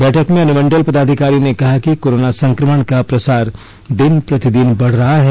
बैठक में अनमुंडल पदाधिकारी ने कहा कि कोरोना संक्रमण का प्रसार दिन प्रतिदिन बढ़ रहा है